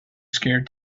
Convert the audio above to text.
scared